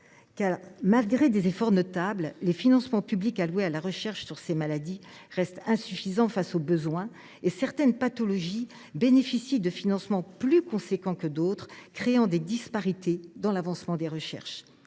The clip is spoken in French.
Car, malgré des efforts notables, les financements publics alloués à la recherche sur ces maladies restent insuffisants face aux besoins, et certaines pathologies bénéficient de financements plus importants que d’autres, ce qui crée des disparités dans l’avancement des recherches.